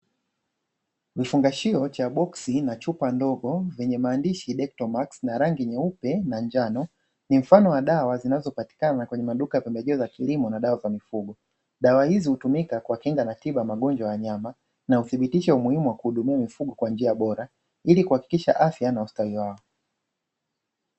Vifungashio cha boksi na chupa ndogo vyenye maandishi (detomax ) vya rangi nyeupe na njano ni mfano wa dawa zinazopatikana kwenye maduka ya pembejeo za kilimo na dawa za mifugo, dawa hizi utumika kuwakinga na magonjwa ya wanyama na uthibitisho muhimu wa kuwa hudumia mifugo kwa njia bora ilikuhakikisha afya na ustawi wao.